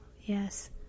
yes